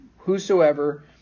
Whosoever